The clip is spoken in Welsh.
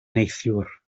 neithiwr